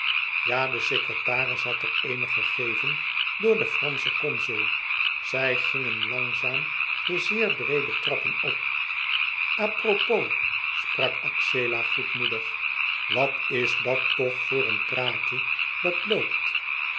de secretaris had er eene gegeven door den franschen consul zij gingen langzaam de zeer breede trappen op a propos sprak axela goedmoedig wat is dat toch voor een praatje dat loopt